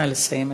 לסיום,